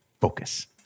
Focus